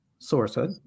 sourcehood